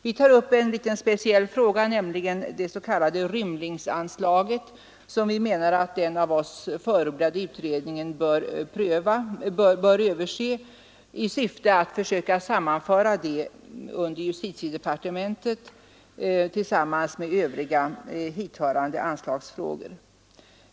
Vi tar upp en litet speciell fråga, nämligen det s.k. rymlingsanslaget, som vi menar att den av oss förordade utredningen bör överse i syfte att försöka att under justitiedepartementet sammanföra det med övriga hithörande anslagsfrågor.